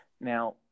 now